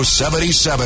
77